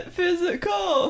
physical